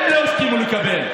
הם לא הסכימו לקבל.